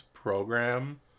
program